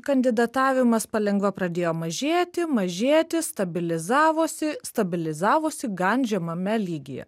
kandidatavimas palengva pradėjo mažėti mažėti stabilizavosi stabilizavosi gan žemame lygyje